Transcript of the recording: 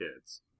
kids